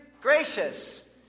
gracious